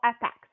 attacks